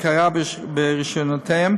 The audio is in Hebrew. הכרה ברישיונותיהם.